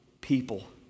people